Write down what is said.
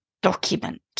document